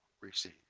receive